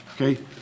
okay